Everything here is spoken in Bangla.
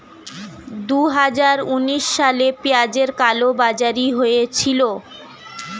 দুহাজার উনিশ সালে পেঁয়াজের কালোবাজারি হয়েছিল